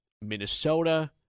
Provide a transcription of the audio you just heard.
Minnesota